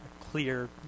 clear